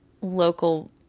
local